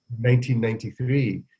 1993